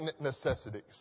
necessities